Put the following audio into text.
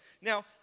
Now